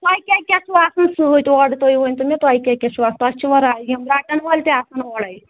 تۄہہِ کیٛاہ کیٛاہ چھُو آسان سۭتۍ اورٕ تُہۍ ؤنۍتو مےٚ تۄہہِ کیٛاہ کیٛاہ چھُو آ تۄہہِ چھِوا رَ یِم رَٹَن وٲلۍ تہِ آسان اورَے